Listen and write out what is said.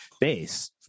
base